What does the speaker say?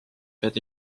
pead